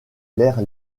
l’air